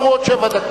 לא עברו עוד שבע דקות.